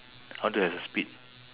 I want to have a speed